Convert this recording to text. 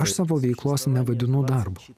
aš savo veiklos nevadinu darbu